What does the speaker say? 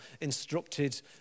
instructed